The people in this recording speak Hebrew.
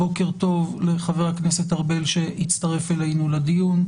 בוקר טוב לחבר הכנסת ארבל שהצטרף אלינו לדיון,